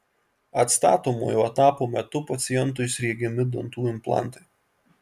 atstatomojo etapo metu pacientui sriegiami dantų implantai